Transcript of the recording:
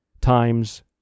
times